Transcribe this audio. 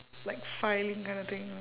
like filing kind of thing you know